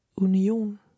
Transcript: Union